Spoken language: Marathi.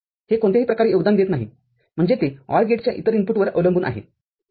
हे कोणत्याही प्रकारे योगदान देत नाही म्हणजे ते OR गेटच्या इतर इनपुटवरअवलंबून आहे